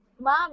Mom